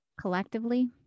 collectively